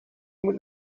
moet